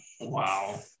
Wow